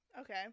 Okay